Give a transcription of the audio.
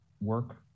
work